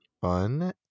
fun